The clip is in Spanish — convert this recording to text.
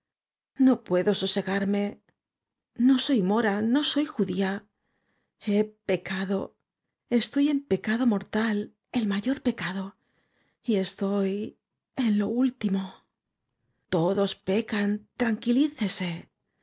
ó puedo sosegarme no soy mora no soy judía he pecado estoy en pecado mortal el mayor pecado y estoy en lo último todos pecan tranquilícese